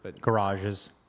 Garages